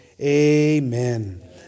Amen